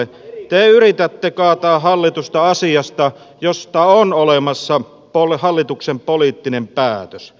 te yritätte kaataa hallitusta asiassa josta on olemassa hallituksen poliittinen päätös